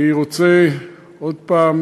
אני רוצה עוד פעם